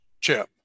chip